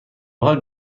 حال